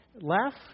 left